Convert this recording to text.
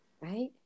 right